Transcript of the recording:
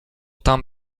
tam